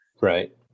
right